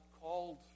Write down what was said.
called